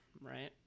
right